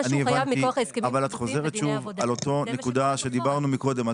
שהוא חייב מכוח ההסכמים הקיבוציים ודיני העבודה.